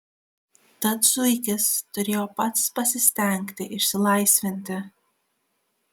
tad zuikis turėjo pats pasistengti išsilaisvinti